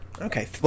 Okay